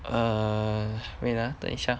err wait ah 等一下